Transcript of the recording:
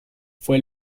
fue